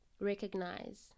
recognize